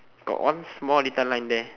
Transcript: got one small little line there